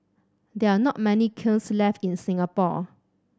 there are not many kilns left in Singapore